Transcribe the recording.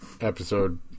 episode